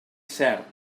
cert